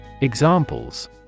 Examples